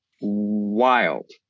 wild